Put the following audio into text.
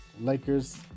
Lakers